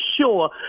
sure –